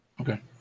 Okay